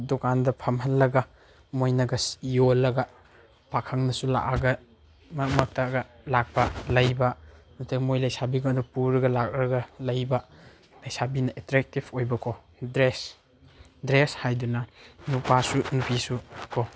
ꯗꯨꯀꯥꯟꯗ ꯐꯝꯍꯜꯂꯒ ꯃꯣꯏꯅꯒ ꯌꯣꯜꯂꯒ ꯄꯥꯈꯪꯅꯁꯨ ꯂꯥꯛꯑꯒ ꯃꯔꯛ ꯃꯔꯛꯇꯒ ꯂꯥꯛꯄ ꯂꯩꯕ ꯅꯇꯦ ꯃꯣꯏ ꯂꯩꯁꯥꯕꯤꯈꯩꯗꯣ ꯄꯨꯔꯒ ꯂꯥꯛꯑꯒ ꯂꯩꯕ ꯂꯩꯁꯥꯕꯤꯅ ꯑꯦꯠꯇ꯭ꯔꯦꯛꯇꯤꯞ ꯑꯣꯏꯕ ꯀꯣ ꯗ꯭ꯔꯦꯁ ꯗ꯭ꯔꯦꯁ ꯍꯥꯏꯗꯨꯅ ꯅꯨꯄꯥꯁꯨ ꯅꯨꯄꯤꯁꯨ ꯀꯣ